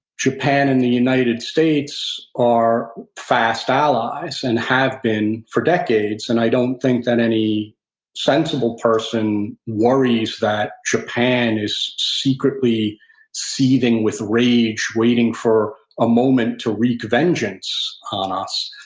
japan and the united states are fast allies, and have been for decades, and i don't think that any sensible person worries that japan is secretary seething with rage, wait and for a moment to wreak vengeance on us.